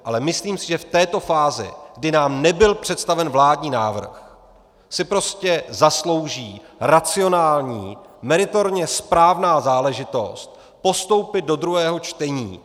Ale myslím, že v této fázi, kdy nám nebyl představen vládní návrh, si prostě zaslouží racionální, meritorně správná záležitost postoupit do druhého čtení.